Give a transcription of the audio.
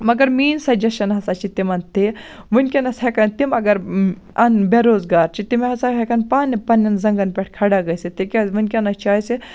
مَگَر میٛٲنٛۍ سَجَیٚشَن ہَسا چھِ تِمَن تہِ وُنکیٚنَس ہیٚکَن تِم اَگَر اَن بے روزگار چھِ تِم ہَسا ہیٚکَن پانہٕ پَنٕنیٚن زَنٛگَن پیٚٹھ کھَڑا گٔژھِتھ تِکیٛازِ وُنکیٚنَس چھُ اَسہِ